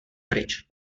pryč